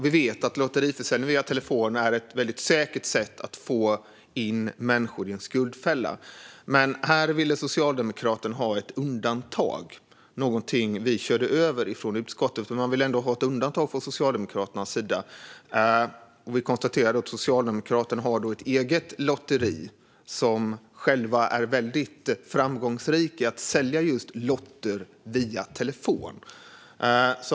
Vi vet att lotteriförsäljning via telefon är ett säkert sätt att få in människor i en skuldfälla, men här ville alltså Socialdemokraterna ha ett undantag. Det var någonting som vi körde över i utskottet. Vi konstaterar att Socialdemokraterna har ett eget lotteri, där man är väldigt framgångsrik när det gäller just att sälja lotter via telefon.